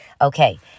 Okay